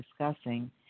discussing